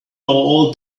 all